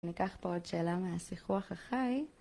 אני אקח פה עוד שאלה מהשיחוח החי.